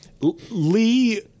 Lee